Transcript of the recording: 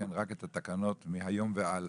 לתקן רק את התקנות מהיום והלאה.